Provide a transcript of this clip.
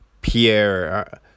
Pierre